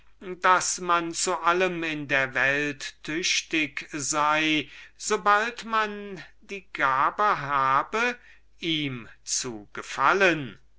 daß man zu allem in der welt tüchtig sei sobald man die gabe habe ihm zu gefallen